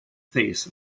face